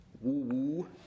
woo